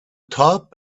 top